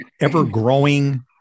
ever-growing